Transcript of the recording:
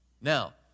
Now